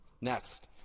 Next